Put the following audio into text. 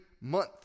month